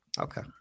Okay